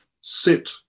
sit